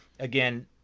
Again